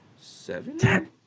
seven